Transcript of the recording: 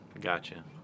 Gotcha